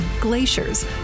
glaciers